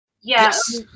Yes